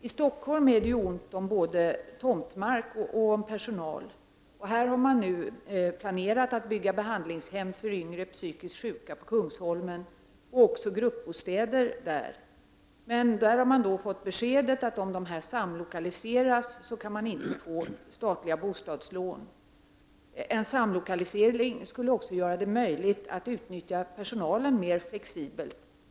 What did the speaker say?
I Stockholm är det ont om både tomtmark och personal. På Kungsholmen i Stockholm har man nu planerat att bygga ett behandlingshem och gruppbostäder för yngre psykiskt sjuka. Man har emellertid fått besked om att om dessa samlokaliseras kan inte statliga bostadslån utgå. En samlokalisering skulle möjliggöra ett mer flexibelt utnyttjande av personalen.